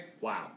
Wow